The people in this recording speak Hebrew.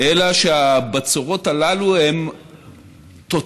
אלא שהבצורות הללו הן תוצאה